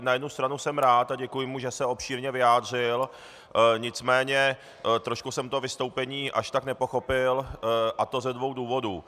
Na jednu stranu jsem rád a děkuji mu, že se obšírně vyjádřil, nicméně trošku jsem to vystoupení až tak nepochopil, a to ze dvou důvodů.